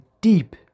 deep